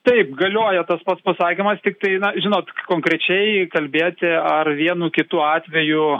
taip galioja tas pats pasakymas tiktai na žinot konkrečiai kalbėti ar vienu kitu atveju